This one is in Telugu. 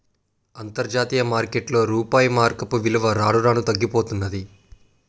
అంతర్జాతీయ మార్కెట్లో రూపాయి మారకపు విలువ రాను రానూ తగ్గిపోతన్నాది